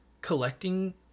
collecting